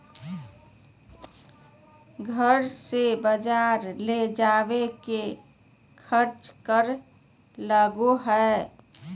घर से बजार ले जावे के खर्चा कर लगो है?